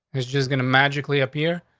was just gonna magically appear.